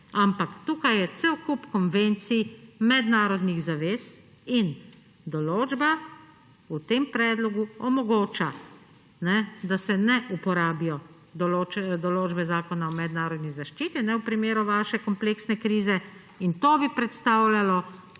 Ampak tukaj je cel kup konvencij, mednarodnih zavez in določba v tem predlogu omogoča, da se ne uporabijo določbe Zakona o mednarodnih zaščiti v primeru vaše kompleksne krize in to bi predstavljalo